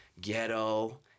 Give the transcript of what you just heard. ghetto